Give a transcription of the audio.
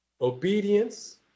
obedience